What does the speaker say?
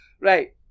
Right